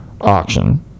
auction